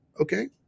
Okay